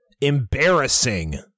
embarrassing